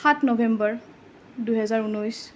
সাত নৱেম্বৰ দুহেজাৰ ঊনৈছ